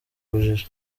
ubujiji